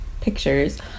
pictures